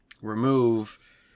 remove